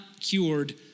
cured